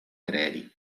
trevi